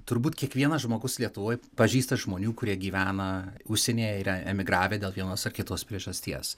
turbūt kiekvienas žmogus lietuvoj pažįsta žmonių kurie gyvena užsienyje yra emigravę dėl vienos ar kitos priežasties